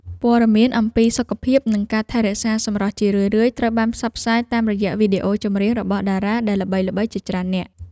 ព័ត៌មានអំពីសុខភាពនិងការថែរក្សាសម្រស់ជារឿយៗត្រូវបានផ្សព្វផ្សាយតាមរយៈវីដេអូចម្រៀងរបស់តារាដែលល្បីៗជាច្រើននាក់។